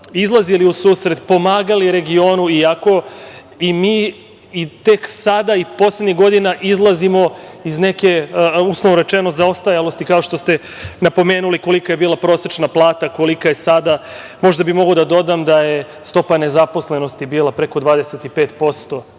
izlazili u susret, pomagali regionu, iako i mi, tek sada, poslednjih godina, izlazimo iz neke, uslovno rečeno, zaostajalosti. Kao što ste napomenuli, kolika je bila prosečna plata, a kolika je sada? Možda bih mogao da dodam da je stopa nezaposlenosti bila preko 25%